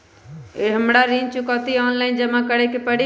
हमरा ऋण चुकौती ऑनलाइन जमा करे के परी?